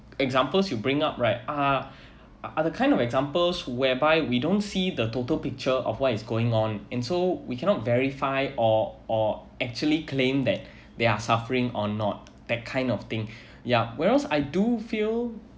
examples you bring up right uh uh the kind of examples whereby we don't see the total picture of what is going on and so we cannot verify or or actually claim that they are suffering or not that kind of thing ya whereas I do feel